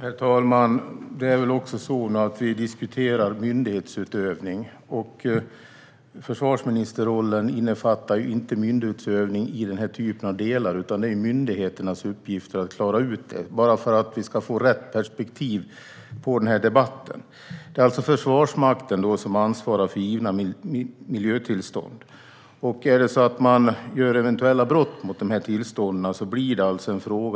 Herr talman! Det är väl också så att vi nu diskuterar myndighetsutövning. Försvarsministerrollen innefattar inte myndighetsutövning i den här typen av delar, utan det är myndigheternas uppgift att klara ut det. Jag säger det för att vi ska få rätt perspektiv på debatten. Det är alltså Försvarsmakten som ansvarar för givna miljötillstånd. Är det så att brott begås mot tillstånden blir